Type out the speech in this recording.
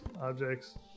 objects